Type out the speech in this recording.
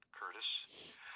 Curtis